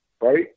right